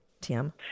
Tim